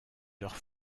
leurs